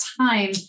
time